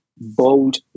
bold